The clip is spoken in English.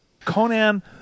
Conan